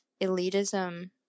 elitism